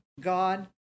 God